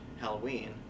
halloween